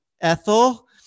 Ethel